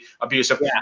abusive